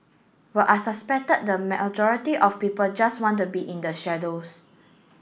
but I suspected the majority of people just want to be in the shadows